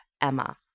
Emma